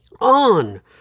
on